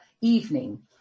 evening